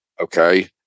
okay